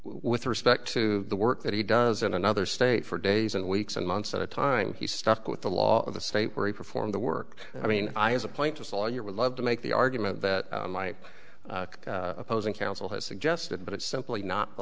with respect to the work that he does in another state for days and weeks and months at a time he stuck with the law of the state where he performed the work i mean i as a point to sawyer would love to make the argument that my opposing counsel has suggested but it's simply not